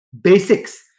basics